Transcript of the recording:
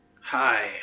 Hi